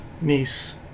niece